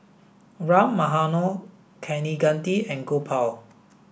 Ram Manohar Kaneganti and Gopal